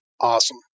awesome